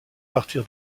partir